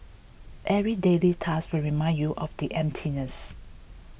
every daily task will remind you of the emptiness